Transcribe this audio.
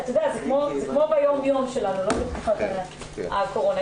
זה כמו ביום-יום שלנו, לא בתקופת הקורונה.